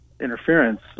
interference